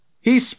He